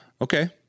okay